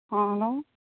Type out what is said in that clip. ہاں ہلو